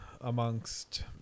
amongst